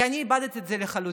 כי אני איבדתי את זה לחלוטין.